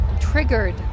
triggered